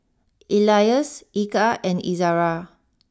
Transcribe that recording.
Elyas Eka and Izzara